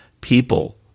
people